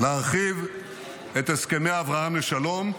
-- להרחיב את הסכמי אברהם לשלום,